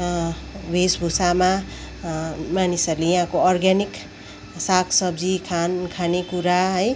वेशभूषामा मानिसहरूले यहाँको अर्ग्यानिक साग सब्जी खान खाने कुरा है